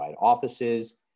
offices